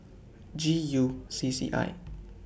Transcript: G U C C I